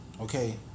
Okay